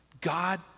God